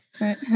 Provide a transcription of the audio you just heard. Right